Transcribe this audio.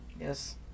Yes